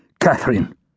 Catherine